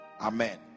Amen